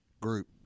Group